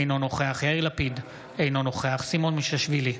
אינו נוכח יאיר לפיד, אינו נוכח סימון מושיאשוילי,